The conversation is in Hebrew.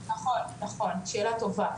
נכון, נכון, שאלה טובה.